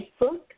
Facebook